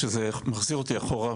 שזה מחזיר אותי אחורה,